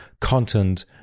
content